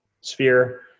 sphere